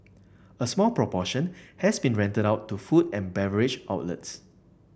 a small proportion has been rented out to food and beverage outlets